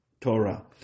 Torah